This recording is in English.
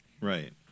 Right